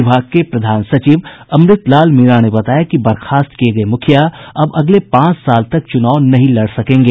विभाग के प्रधान सचिव अमृत लाल मीणा ने बताया कि बर्खास्त किये गये मुखिया अब अगले पांच साल तक चुनाव नहीं लड़ सकेंगे